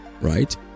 right